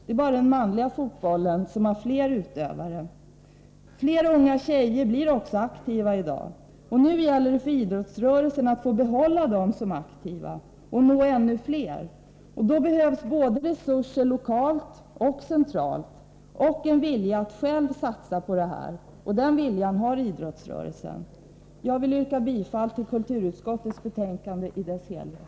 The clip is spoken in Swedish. Det är bara den manliga fotbollen som har fler utövare. Fler unga tjejer blir också aktiva i dag, och nu gäller det för idrottsrörelsen att få behålla dem som aktiva och att nå ännu fler. Då behövs resurser både lokalt och centralt, liksom en vilja att satsa på detta. Den viljan har idrottsrörelsen. Herr talman! Jag vill yrka bifall till kulturutskottets hemställan i dess helhet.